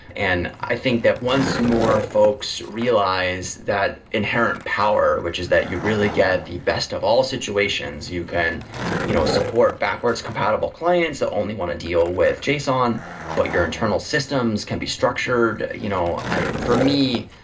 and i think that once more folks realize that inherent power, which is that you really get the best of all situations you can you know support backwards compatible clients that only want to deal with json, but your internal systems can be structured. you know for me,